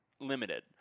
Limited